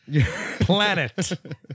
planet